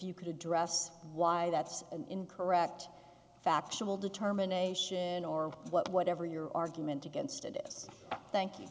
you could address why that's an incorrect factual determination or whatever your argument against it is thank you